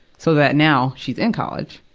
so that now, she's in college,